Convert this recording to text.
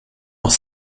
auch